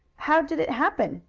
how did it happen?